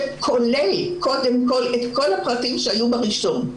שכולל קודם כל את כל הפרטים שהיו בראשון.